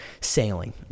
Sailing